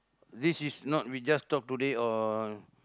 this is not we just talk today or